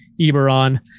Eberron